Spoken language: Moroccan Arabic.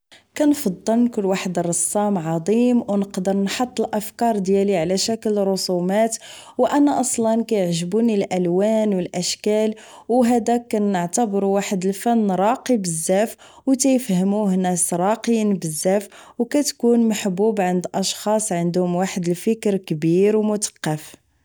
كنفضل نكون واحد الرسام عضيم و نقدر نحط الافكار ديالي على شكل رسومات و انا اصلا كيعجبوني الالوان و الاشكال و هداك كنعتبرو واحد الفن راقي بزاف و تيفهموم ناس راقيين بزاف و كتكون محبوب عند اشخاص عندهم واحد الفكر كبير و متقف